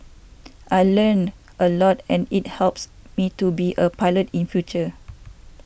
I learnt a lot and it helps me to be a pilot in future